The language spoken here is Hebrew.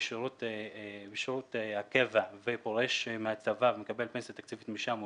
בשירות הקבע ופורש מהצבא ומקבל פנסיה תקציבית משם,